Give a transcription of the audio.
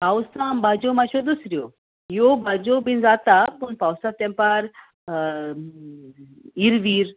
पावसां भाज्यो मात्श्यो दुसऱ्यो ह्यो भाजयो बीन जाता पूण पावसांत तेंपार इरवीर